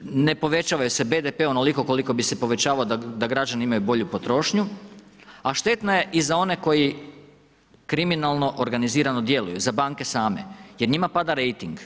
ne povećava se BDP onoliko koliko bi se povećavao da građani imaju bolju potrošnju, a štetna je i za one koji kriminalno, organizirano djeluju, za banke same, jer njima pada rejting.